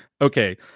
Okay